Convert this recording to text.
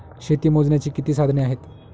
शेती मोजण्याची किती साधने आहेत?